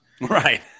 Right